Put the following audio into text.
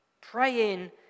Praying